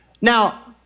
Now